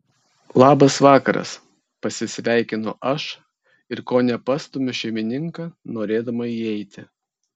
labas vakaras pasisveikinu aš ir kone pastumiu šeimininką norėdama įeiti